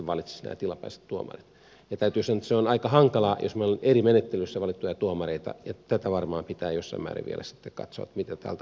täytyy sanoa että se on aika hankalaa jos meillä on eri menettelyissä valittuja tuomareita ja tätä varmaan pitää jossain määrin vielä sitten katsoa mitä tältä osin tehdään